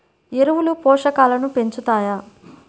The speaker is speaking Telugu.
ఎరువులు పోషకాలను పెంచుతాయా?